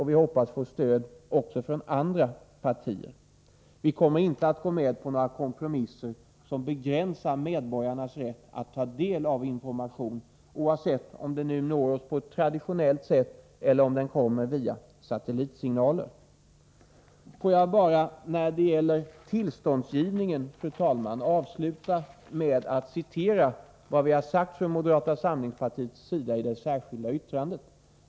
Vi hoppas få stöd också från andra partier. Vi kommer inte att gå med på några kompromisser som begränsar medborgarnas rätt att ta del av information, oavsett om den når oss på ett traditionellt sätt eller om den kommer via satellitsignaler. Får jag bara, fru talman, när det gäller tillståndsgivningen avsluta med att citera vad vi har sagt från moderata samlingspartiets sida i det särskilda yttrandet.